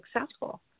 successful